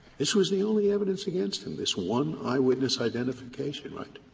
this was the only evidence against him, this one eyewitness identification, right?